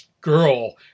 girl